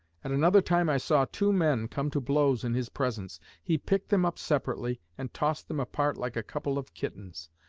at another time i saw two men come to blows in his presence. he picked them up separately and tossed them apart like a couple of kittens.